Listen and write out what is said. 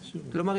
כלומר,